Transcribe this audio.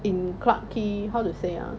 in clarke quay how to say ah